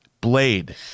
Blade